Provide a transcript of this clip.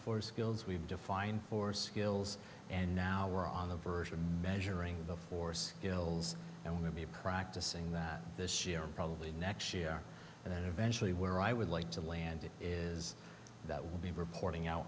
for skills we've defined for skills and now we're on the verge of measuring the force bills and we'll be practicing that this year probably next year and then eventually where i would like to land it is that we'll be reporting out